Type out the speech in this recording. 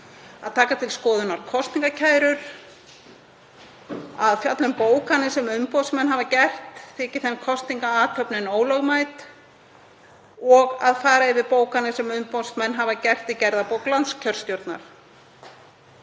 að taka til skoðunar kosningakærur, að fjalla um bókanir sem umboðsmenn hafa gert, þyki þeim kosningaathöfnin ólögmæt, og að fara yfir bókanir sem umboðsmenn hafa gert í gerðabók landskjörstjórnar.